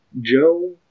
Joe